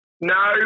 No